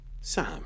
Sam